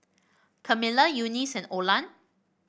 Camila Eunice and Olan